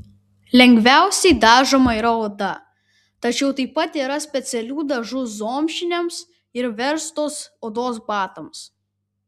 lengviausiai dažoma yra oda tačiau taip pat yra specialių dažų zomšiniams ir verstos odos batams